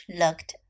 looked